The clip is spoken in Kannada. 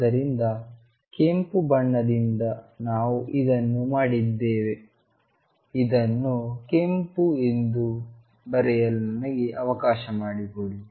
ಆದ್ದರಿಂದ ಕೆಂಪು ಬಣ್ಣದಿಂದ ನಾವು ಇದನ್ನು ಮಾಡಿದ್ದೇವೆ ಇದನ್ನು ಕೆಂಪು ಎಂದು ಬರೆಯಲು ನನಗೆ ಅವಕಾಶ ಮಾಡಿಕೊಡಿ